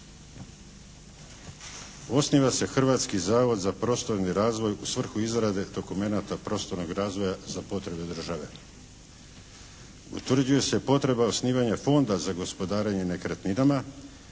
Osniva se Hrvatski zavod za prostorni razvoj u svrhu izrade dokumenata prostornog razvoja za potrebe države. Utvrđuje se potreba osnivanja Fonda za gospodarenje nekretninama